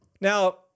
Now